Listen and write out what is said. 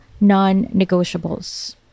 non-negotiables